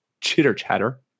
chitter-chatter